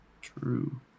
true